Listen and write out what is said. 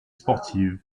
sportives